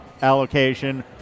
allocation